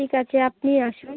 ঠিক আছে আপনি আসুন